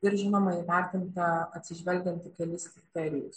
ir žinoma įvertinta atsižvelgiant į kelis kriterijus